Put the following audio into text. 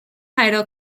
title